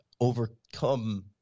overcome